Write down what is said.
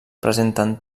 presenten